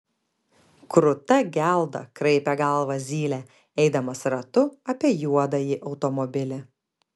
kruta gelda kraipė galvą zylė eidamas ratu apie juodąjį automobilį